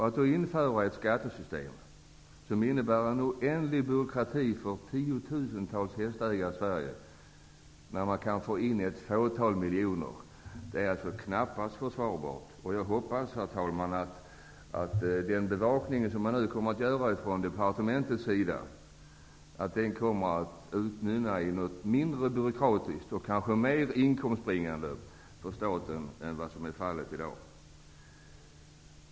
Att då införa ett skattesystem som innebär en oändlig byråkrati för tiotusentals hästägare i Sverige och som innebär att man kan få in ett fåtal miljoner, är knappast försvarbart. Jag hoppas, herr talman, att den bevakning som man nu kommer att göra från departementets sida, kommer att utmynna i något mindre byråkratiskt och något mer inkomstbringande system för staten än det som man har i dag.